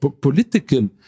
political